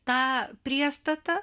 tą priestatą